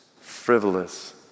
frivolous